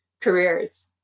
Careers